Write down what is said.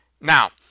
Now